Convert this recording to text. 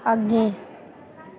अग्गें